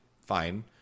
fine